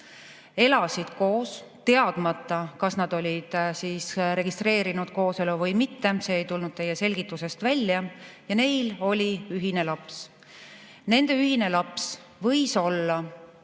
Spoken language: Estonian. elasid koos – ma ei tea, kas nad olid registreerinud kooselu või mitte, see ei tulnud teie selgitusest välja – ja neil oli ühine laps. Nende ühine laps võis olla